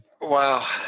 Wow